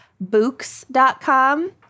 books.com